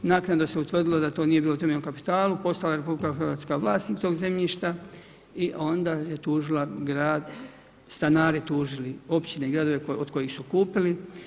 Naknadno se utvrdilo da to nije bilo u temeljnom kapitala, postala je RH vlasnik tog zemljišta i onda je tužila grad, stanari tužili općine, gardove od kojih su kupili.